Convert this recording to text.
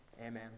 Amen